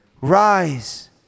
rise